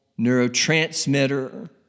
neurotransmitter